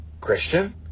Christian